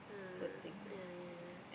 ah yeah yeah yeah